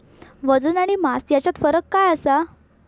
वजन आणि मास हेच्यात फरक काय आसा?